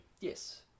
Yes